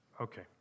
Okay